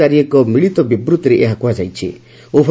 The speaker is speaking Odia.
ଗତ ସଂଧ୍ୟାରେ ଜାରି ଏକ ମିଳିତ ବିବୃଭିରେ ଏହା କୁହାଯାଇଛି